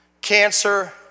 cancer